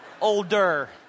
Older